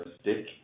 stick